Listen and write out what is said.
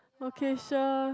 okay sure